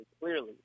clearly